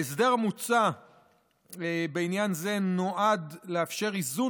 ההסדר המוצע בעניין זה נועד לאפשר איזון